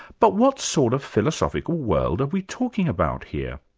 but what sort of philosophical world are we talking about here?